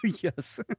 Yes